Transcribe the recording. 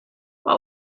what